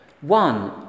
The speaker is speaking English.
one